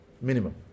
Minimum